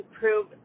prove